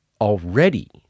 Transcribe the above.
already